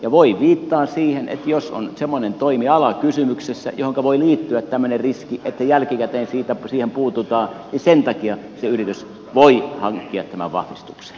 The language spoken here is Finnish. ja voi viittaa siihen että jos on semmoinen toimiala kysymyksessä johonka voi liittyä tämmöinen riski että jälkikäteen siihen puututaan niin sen takia se yritys voi hankkia tämän vahvistuksen